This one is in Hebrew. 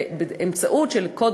ובאמצעות קוד